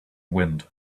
wind